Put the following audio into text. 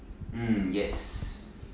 mm yes